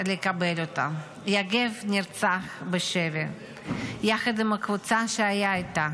לקבל אותה: יגב נרצח בשבי יחד עם הקבוצה שהיה איתה,